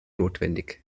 notwendig